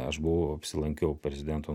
aš buvau apsilankiau prezidento